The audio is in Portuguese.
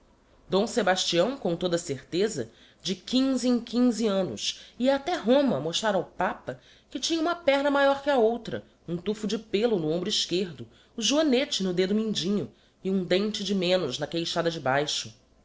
d sebastião com toda a certeza de quinze em quinze annos ia até roma mostrar ao papa que tinha uma perna maior que a outra um tufo de pello no hombro esquerdo o joanete no dedo mendinho e um dente de menos na queixada de baixo